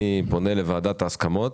אני פונה לוועדת ההסכמות